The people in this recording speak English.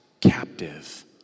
captive